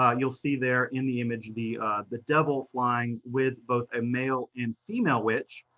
um you'll see there in the image, the the devil flying with both a male and female witch.